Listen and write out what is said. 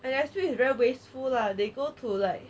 and actually it's very wasteful lah they go to like